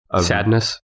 Sadness